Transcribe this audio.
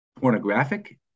pornographic